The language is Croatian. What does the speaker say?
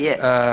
Je.